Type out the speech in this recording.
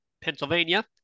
pennsylvania